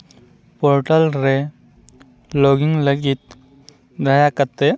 portal ᱨᱮ ᱞᱚᱜᱤᱱ ᱞᱟᱹᱜᱤᱫ ᱫᱟᱭᱟᱠᱟᱛᱮ